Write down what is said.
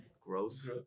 Gross